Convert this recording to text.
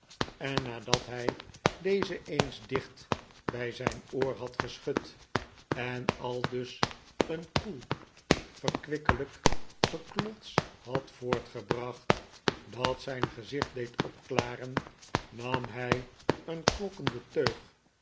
en nadat hij deze eens dicht bij zijn oor had geschud en aldus een koel verkwikkelijk geklots had voortgebracht dat zijn gezicht deed opklaren nam hij een klokkende teug